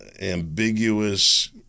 ambiguous